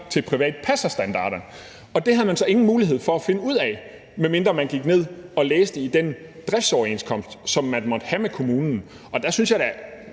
til privat passer-standarderne. Og det havde man så ingen mulighed for at finde ud af, medmindre man læste i den driftsoverenskomst, som der måtte være med kommunen. Og der synes jeg da,